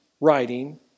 writing